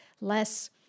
less